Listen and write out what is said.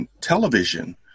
television